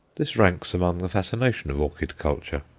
this ranks among the fascinations of orchid culture.